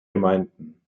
gemeinden